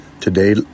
today